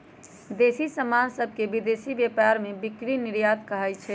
देसी समान सभके विदेशी व्यापार में बिक्री निर्यात कहाइ छै